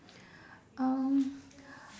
um